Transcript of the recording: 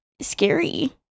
scary